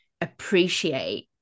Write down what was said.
appreciate